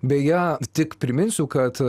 beje tik priminsiu kad